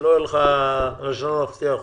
שלא נפתיע אותך.